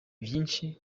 vyinshi